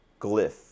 glyph